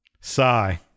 Sigh